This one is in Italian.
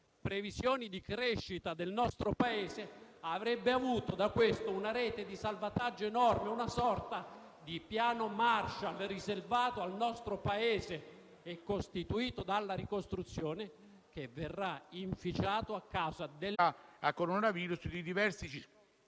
previsioni di crescita del nostro Paese, avrebbe avuto da questo una rete di salvataggio enorme, una sorta di Piano Marshall, riservato al nostro Paese e costituito dalla ricostruzione, che verrà inficiato a causa dell'incapacità, della malafede